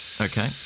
Okay